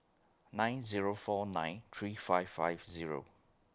nine Zero four nine three five five Zero